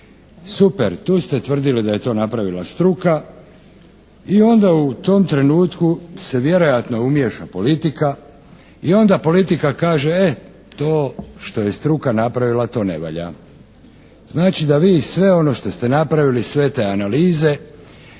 Super! Tu ste tvrdili da je to napravila struka i onda u tom trenutku se vjerojatno umiješa politika i onda politika kaže e to što je struka napravila, to ne valja. Znači da vi sve ono što ste napravili, sve te analize,